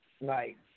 right